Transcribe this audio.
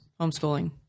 homeschooling